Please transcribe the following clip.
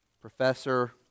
professor